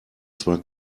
zwar